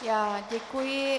Já děkuji.